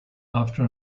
after